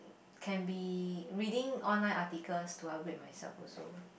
can be reading online articles to upgrade myself also